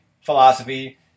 philosophy